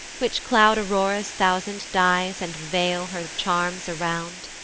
which cloud aurora's thousand dyes, and veil her charms around.